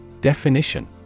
Definition